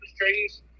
trees